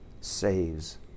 saves